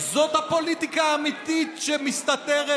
זו הפוליטיקה האמיתית, שמסתתרת